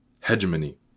hegemony